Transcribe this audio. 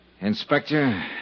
Inspector